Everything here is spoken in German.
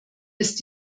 ist